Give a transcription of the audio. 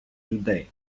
людей